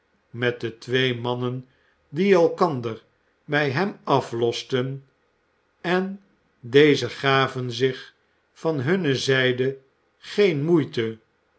met de twee mannen die elkander bij hem aflosten en deze gaven zich van hunne zijde geen moeite